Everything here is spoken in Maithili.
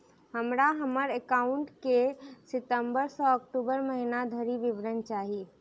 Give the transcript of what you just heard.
हमरा हम्मर एकाउंट केँ सितम्बर सँ अक्टूबर महीना धरि विवरण चाहि?